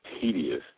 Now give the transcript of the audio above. tedious